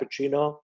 cappuccino